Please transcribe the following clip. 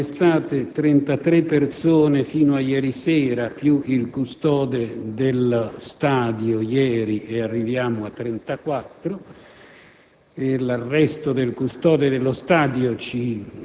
iniziano gli arresti, vengono arrestate 33 persone fino a ieri sera, più il custode dello stadio ieri (e arriviamo a 34).